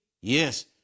Yes